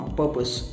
purpose